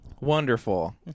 Wonderful